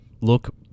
look